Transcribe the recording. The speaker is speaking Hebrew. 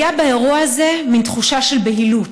הייתה באירוע הזה מין תחושה של בהילות,